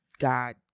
God